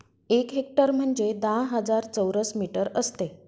एक हेक्टर म्हणजे दहा हजार चौरस मीटर असते